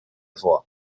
avó